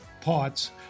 parts